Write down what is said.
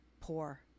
poor